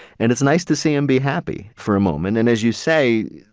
and it's nice to see him be happy for a moment, and as you say,